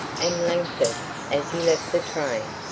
and langford, as he left the train,